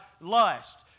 lust